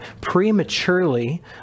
prematurely